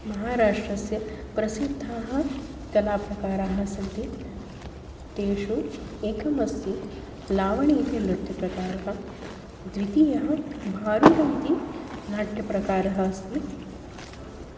महाराष्ट्रस्य प्रसिद्धाः कलाप्रकाराः सन्ति तेषु एकमस्ति लावणी इति नृत्यप्रकारः द्वितीयः भारुड इति नाट्यप्रकारः अस्ति